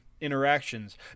interactions